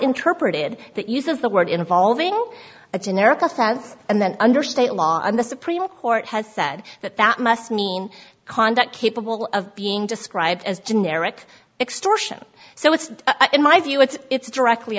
interpreted that uses the word involving a generic and then under state law and the supreme court has said that that must mean conduct capable of being described as generic extortion so it's in my view it's directly